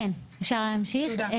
אפשר להמשיך.